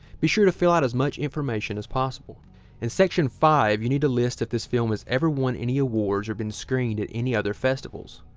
be sure to fill out as much information as possible and section five you need to list that this film has ever won any awards or been screened at any other festivals?